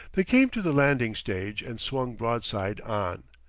they came to the landing-stage and swung broad-side on.